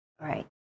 right